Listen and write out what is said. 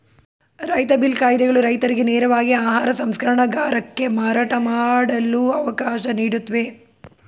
ರೈತ ಬಿಲ್ ಕಾಯಿದೆಗಳು ರೈತರಿಗೆ ನೇರವಾಗಿ ಆಹಾರ ಸಂಸ್ಕರಣಗಾರಕ್ಕೆ ಮಾರಾಟ ಮಾಡಲು ಅವಕಾಶ ನೀಡುತ್ವೆ